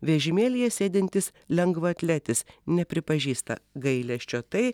vežimėlyje sėdintis lengvaatletis nepripažįsta gailesčio tai